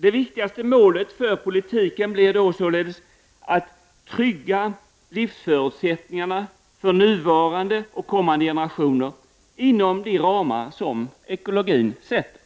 Det viktigaste målet för politiken är således att trygga livsförutsättningarna för nuvarande och kommande generationer inom de ramar som ekologin sätter.